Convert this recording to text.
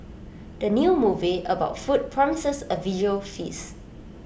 the new movie about food promises A visual feast